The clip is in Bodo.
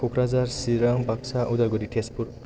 क'क्राझार सिरां बाकसा उदालगुरि तेजपुर